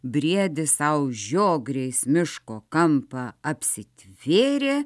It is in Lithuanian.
briedis sau žiogriais miško kampą apsitvėrė